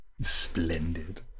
Splendid